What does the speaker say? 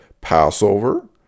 Passover